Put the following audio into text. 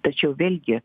tačiau vėlgi